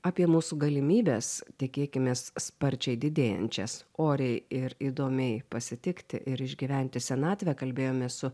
apie mūsų galimybes tikėkimės sparčiai didėjančias oriai ir įdomiai pasitikti ir išgyventi senatvę kalbėjomės su